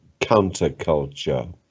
counterculture